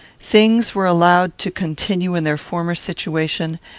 things were allowed to continue in their former situation,